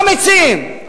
מה מציעים?